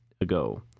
ago